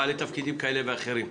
לבעלי תפקידים כאלה אחרים,